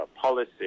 policy